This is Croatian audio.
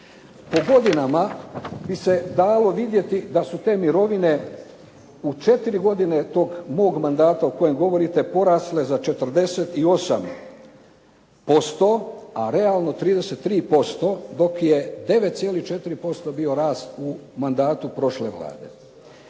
U godinama bi se dalo vidjeti da su te mirovine u 4 godine toga moga mandata o kojem govorite porasle za 48%, a realno 33%, dok je 9,4% bio rast u mandatu prošle Vlade.